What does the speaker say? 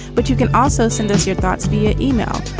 but you can also send us your thoughts via email.